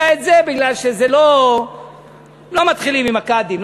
את זה בגלל שלא מתחילים עם הקאדים,